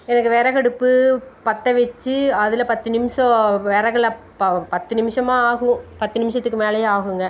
எனக்கு விறகடுப்பு பற்றவச்சி அதில் பத்து நிமிஷம் விறகுல ப பத்து நிமிஷமாக ஆகும் பத்து நிமிஷத்துக்கு மேலேயே ஆகுங்க